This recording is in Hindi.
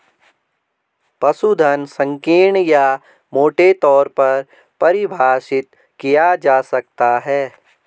पशुधन संकीर्ण या मोटे तौर पर परिभाषित किया जा सकता है